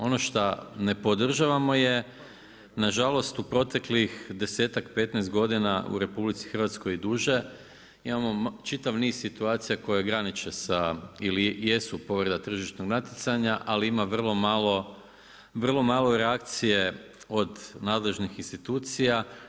Ono šta ne podržavamo je nažalost u proteklih desetak, petnaest godina u RH i duže imamo čitav niz situacija koje graniče sa ili jesu povreda tržišnog natjecanja, ali ima vrlo malo reakcije od nadležnih institucija.